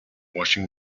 washing